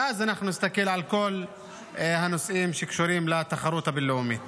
ואז אנחנו נסתכל על כל הנושאים שקשורים לתחרות הבין-לאומית.